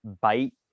bite